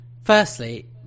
firstly